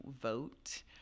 vote